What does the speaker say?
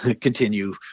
continue